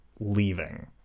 leaving